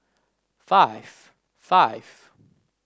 five five